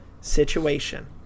situation